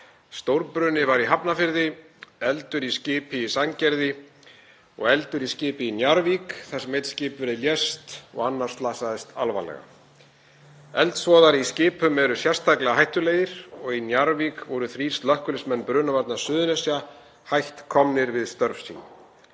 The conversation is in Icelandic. Stórbruni var í Hafnarfirði, eldur í skipi í Sandgerði og eldur í skipi í Njarðvík þar sem einn skipverji lést og annar slasaðist alvarlega. Eldsvoðar í skipum eru sérstaklega hættulegir og í Njarðvík voru þrír slökkviliðsmenn Brunavarna Suðurnesja hætt komnir við störf sín.